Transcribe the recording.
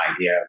idea